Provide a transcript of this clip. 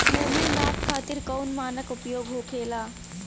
भूमि नाप खातिर कौन मानक उपयोग होखेला?